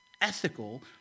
ethical